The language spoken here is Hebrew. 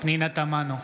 פנינה תמנו,